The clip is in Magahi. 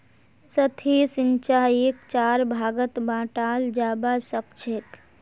सतही सिंचाईक चार भागत बंटाल जाबा सखछेक